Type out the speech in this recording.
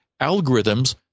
algorithms